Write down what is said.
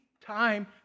time